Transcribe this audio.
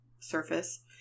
surface